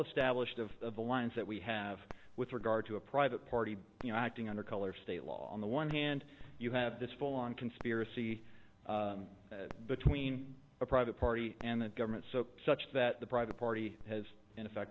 established of the lines that we have with regard to a private party you know acting under color of state law on the one hand you have this full on conspiracy between a private party and the government so such that the private party has in effect